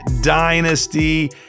Dynasty